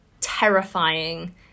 terrifying